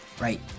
Right